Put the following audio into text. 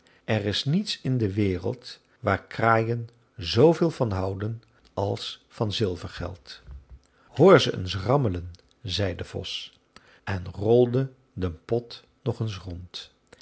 moge er is niets in de wereld waar de kraaien z veel van houden als van zilvergeld hoor ze eens rammelen zei de vos en rolde den pot nog eens rond